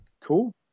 cool